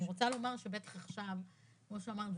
אני רוצה לומר שבטח עכשיו כמו שאמרת,